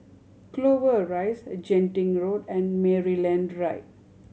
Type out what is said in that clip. Clover Rise Genting Road and Maryland Drive